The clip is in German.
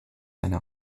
eine